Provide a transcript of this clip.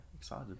excited